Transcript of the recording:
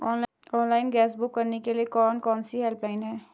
Online gas book करने के लिए कौन कौनसी हेल्पलाइन हैं?